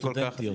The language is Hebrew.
גם סטודנטיות,